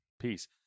peace